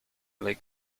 lake